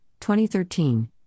2013